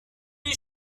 les